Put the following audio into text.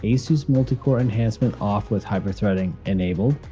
asus multicore enhancement off with hyper-threading enabled,